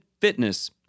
fitness